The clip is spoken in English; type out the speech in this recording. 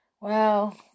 Well